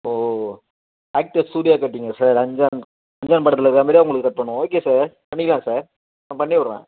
ஓ ஓ ஆக்டர் சூர்யா கட்டிங்கா சார் அஞ்சான் அஞ்சான் படத்தில் இருக்குற மாதிரியே உங்களுக்கு கட் பண்ணும் ஓகே சார் பண்ணிக்கலாம் சார் நான் பண்ணி விட்றேன்